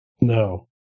No